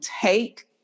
take